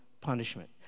punishment